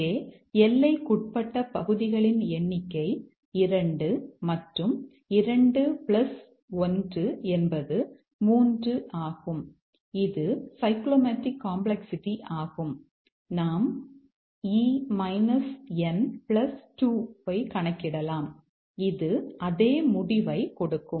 இங்கே எல்லைக்குட்பட்ட பகுதிகளின் எண்ணிக்கை 2 மற்றும் 2 1 என்பது 3 ஆகும் இது சைக்ளோமேடிக் காம்ப்ளக்ஸ்சிட்டி ஆகும் நாம் E N 2 ஐ கணக்கிடலாம் இது அதே முடிவைக் கொடுக்கும்